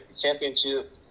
championship